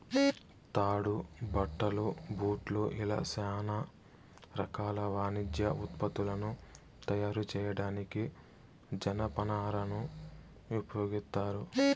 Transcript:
తాడు, బట్టలు, బూట్లు ఇలా చానా రకాల వాణిజ్య ఉత్పత్తులను తయారు చేయడానికి జనపనారను ఉపయోగిత్తారు